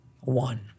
one